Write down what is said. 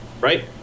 Right